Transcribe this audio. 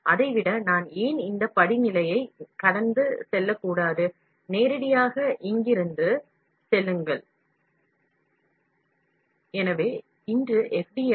வெளியேற்ற செயல்முறை மூலம் ஒரு வெளியீட்டை உருவாக்க முயற்சிக்கிறோம் இப்போது நான் ஏன் துகள்களை கம்பியாக மாற்றுகிறேன் பின்னர் எஃப்